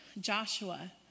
Joshua